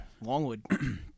Longwood